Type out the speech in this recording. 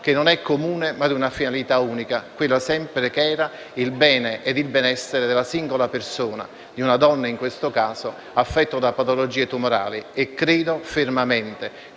che non è comune ma ha una finalità unica, che era sempre il bene ed il benessere della singola persona, di una donna, in questo caso, affetta da patologie tumorali. Credo fermamente